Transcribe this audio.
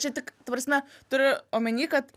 čia tik ta prasme turiu omeny kad